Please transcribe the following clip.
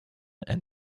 and